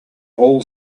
all